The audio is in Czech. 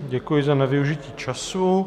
Děkuji za nevyužití času.